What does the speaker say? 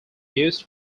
used